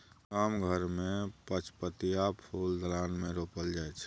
गाम घर मे पचपतिया फुल दलान मे रोपल जाइ छै